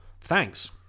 thanks